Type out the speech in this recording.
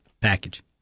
package